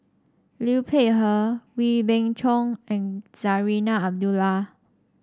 Liu Peihe Wee Beng Chong and Zarinah Abdullah